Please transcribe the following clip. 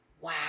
Wow